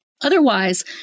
Otherwise